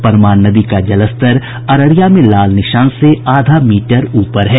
परमान नदी का जलस्तर अररिया में लाल निशान से आधा मीटर ऊपर है